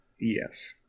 Yes